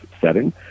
setting